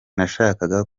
nashakaga